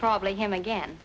probably him again